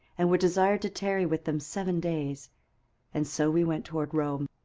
and were desired to tarry with them seven days and so we went toward rome.